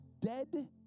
dead